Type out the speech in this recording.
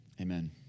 Amen